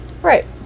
Right